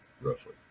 roughly